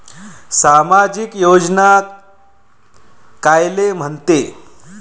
सामाजिक योजना कायले म्हंते?